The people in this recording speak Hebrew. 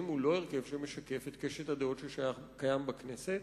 הוא לא הרכב שמשקף את קשת הדעות שקיים בכנסת,